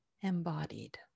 embodied